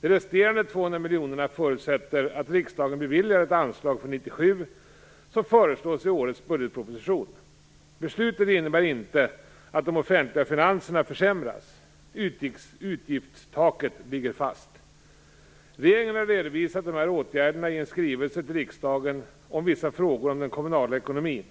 De resterande 200 miljonerna förutsätter att riksdagen beviljar det anslag för 1997 som föreslås i årets budgetproposition. Beslutet innebär inte att de offentliga finanserna försämras. Utgiftstaket ligger fast. Regeringen har redovisat de här åtgärderna i en skrivelse till riksdagen om vissa frågor om den kommunala ekonomin .